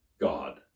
God